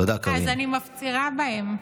אז אני מפצירה בהם: